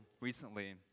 recently